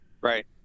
Right